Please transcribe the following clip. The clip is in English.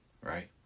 right